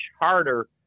harder